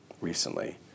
recently